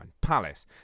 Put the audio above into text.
palace